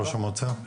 ראש המועצה.